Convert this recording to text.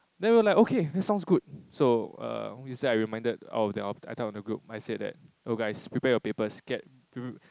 then we're like okay that sounds good so uh yesterday I reminded all of them I I type on the group I said that oh guys prepare your papers get